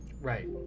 Right